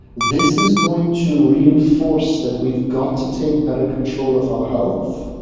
this is going to reinforce that we've got to take better control of our health,